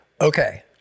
Okay